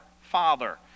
Father